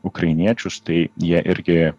ukrainiečius tai jie irgi